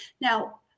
Now